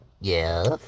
Yes